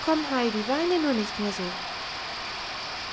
komm heidi weine nur nicht mehr so